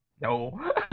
no